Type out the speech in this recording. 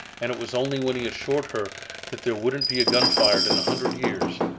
and it was only when he assured her that there wouldn't be a gun fired in a hundred years,